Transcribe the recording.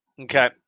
Okay